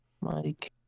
Mike